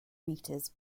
metres